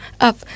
up